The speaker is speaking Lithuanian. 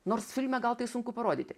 nors filme gal tai sunku parodyti